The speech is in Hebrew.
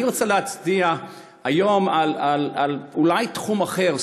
אני רוצה להצביע היום על תחום אחר,